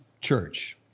church